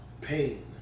Pain